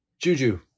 Juju